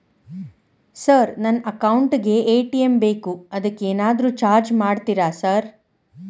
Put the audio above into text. Sir ನನ್ನ account ಗೇ ATM ಬೇಕು ಅದಕ್ಕ ಏನಾದ್ರು ಚಾರ್ಜ್ ಮಾಡ್ತೇರಾ ಸರ್?